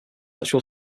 actual